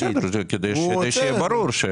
זה כדי שיהיה ברור.